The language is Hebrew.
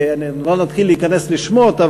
ולא נתחיל להיכנס לשמות,